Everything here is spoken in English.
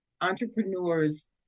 entrepreneurs